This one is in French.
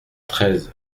treize